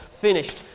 finished